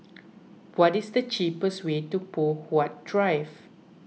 what is the cheapest way to Poh Huat Drive